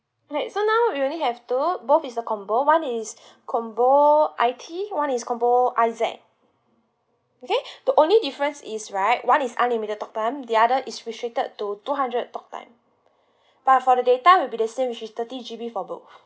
right so now we only have two both is a combo one is combo I_T one is combo I_Z okay the only difference is right one is unlimited talk time the other is restricted to two hundred talk time but for the data will be the same which is thirty G_B for both